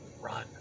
Run